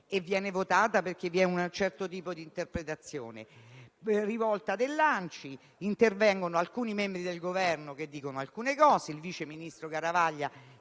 e viene votata, perché vi è un certo tipo di interpretazione, ma poi c'è la rivolta dell'ANCI ed intervengono alcuni membri del Governo che dicono alcune cose e il vice ministro Garavaglia